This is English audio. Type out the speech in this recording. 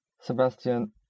Sebastian